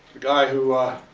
guy who